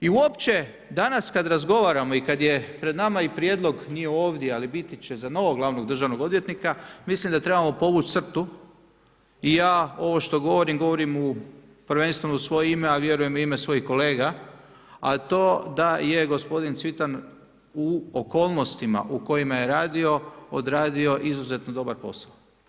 I uopće, danas kad razgovaramo i kad je pred nama i prijedlog, nije ovdje, ali biti će za novog glavnog državnog odvjetnika, mislim da trebamo povući crtu i ja ovo što govorim, govorim u prvenstveno u svoje ime, a vjerujem i u ime svojih kolega, a to da je gospodin Cvitan u okolnostima u kojima je radio odradio izuzetno dobar posao.